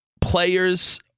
players